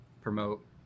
promote